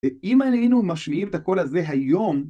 אם היינו משמעים את הקול הזה היום